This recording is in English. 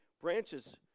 branches